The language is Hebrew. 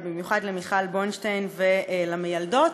ובמיוחד למיכל בונשטיין ולמיילדות.